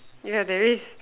yeah there is